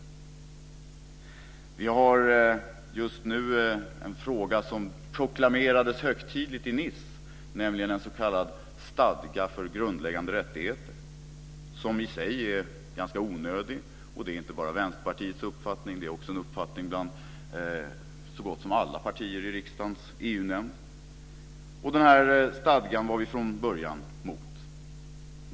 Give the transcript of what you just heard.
Vi behandlar just nu en fråga som proklamerades högtidligt i Nice, nämligen en s.k. stadga för grundläggande rättigheter. Vi anser att den är ganska onödig, och det är inte bara Vänsterpartiets uppfattning, utan det är en uppfattning som råder bland så gott som alla partier i riksdagens EU-nämnd. Från början var vi emot den här stadgan.